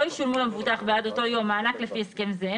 לא ישולמו למבוטח בעד אותו יום מענק לפי הסכם זה,